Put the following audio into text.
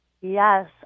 Yes